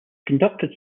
conducted